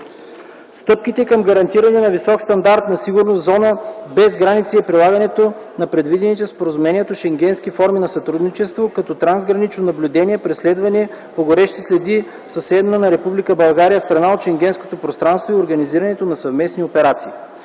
Стъпките към гарантиране на висок стандарт на сигурност в зона без граници е прилагането на предвидените в споразумението шенгенски форми на сътрудничество, като трансгранично наблюдение, преследване по горещи следи в съседна на Република България страна от Шенгенското пространство и организирането на съвместни операции.